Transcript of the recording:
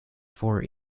for